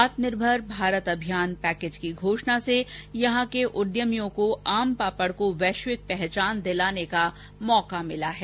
आत्मनिर्भर भारत अभियान पैकेज की घोषणा से यहां के उद्यमियों को आम पापड़ को वैश्विक पहचान दिलाने का मौका मिला है